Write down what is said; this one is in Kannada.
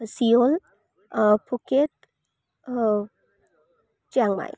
Seoul Phuket Chiang Mai